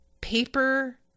paper